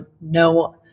no